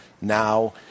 Now